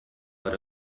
but